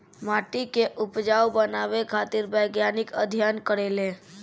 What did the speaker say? माटी के उपजाऊ बनावे खातिर वैज्ञानिक अध्ययन करेले